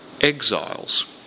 exiles